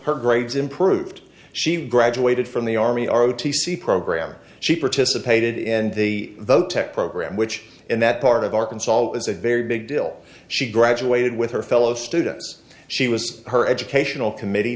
her grades improved she graduated from the army r o t c program she participated in the though tech program which in that part of arkansas is a very big deal she graduated with her fellow students she was her educational committee